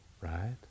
Right